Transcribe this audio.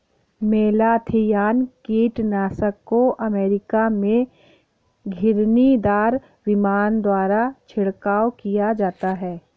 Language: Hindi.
मेलाथियान कीटनाशक को अमेरिका में घिरनीदार विमान द्वारा छिड़काव किया जाता है